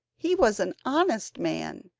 he was an honest man,